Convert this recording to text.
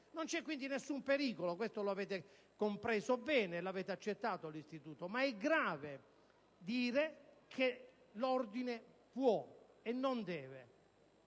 Non c'è quindi nessun pericolo: questo lo avete compreso bene e avete accettato l'istituto. Ma è grave prescrivere che l'ordine può e non deve: